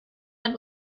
head